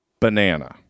banana